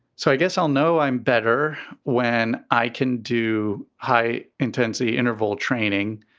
so i guess i'll know i'm better when i can do high intensity interval training.